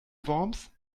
worms